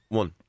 one